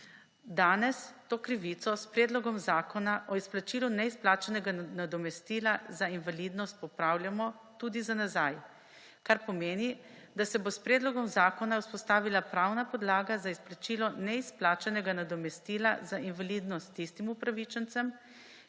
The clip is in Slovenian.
Danes to krivico s Predlogom zakona o izplačilu neizplačanega nadomestila za invalidnost popravljamo tudi za nazaj, kar pomeni, da se bo s predlogom zakona vzpostavila pravna podlaga za izplačilo neizplačanega nadomestila za invalidnost tistim upravičencem,